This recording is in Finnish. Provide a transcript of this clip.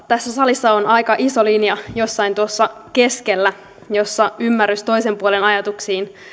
tässä salissa on aika iso linja jossain tuossa keskellä jossa ymmärrys toisen puolen ajatuksiin